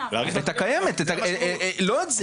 נאריך את הקיימת, לא את זה.